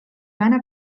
gana